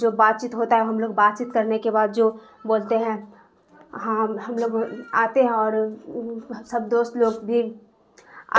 جو بات چیت ہوتا ہے ہم لوگ بات چیت کرنے کے بعد جو بولتے ہیں ہاں ہم ہم لوگ آتے ہیں اور سب دوست لوگ بھی